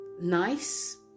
nice